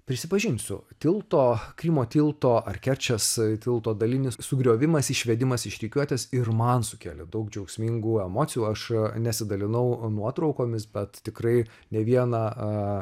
prisipažinsiu tilto krymo tilto ar kerčės tilto dalinis sugriovimas išvedimas iš rikiuotės ir man sukelia daug džiaugsmingų emocijų aš nesidalinau nuotraukomis bet tikrai ne vieną